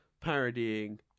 parodying